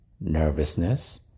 nervousness